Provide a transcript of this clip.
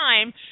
time